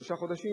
שלושה חודשים,